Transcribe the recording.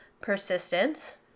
persistence